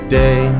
day